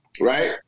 right